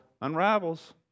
unravels